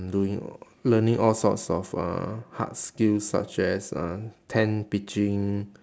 doing or learning all sorts of uh hard skills such as uh tent pitching